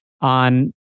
on